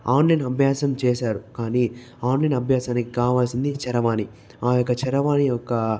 online అభ్యాసం చేశారు కానీ ఆన్లైన్ అభ్యాసానికి కావాల్సింది చరవాణి ఆ యొక్క చరవాణి యొక్క